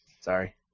Sorry